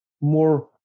more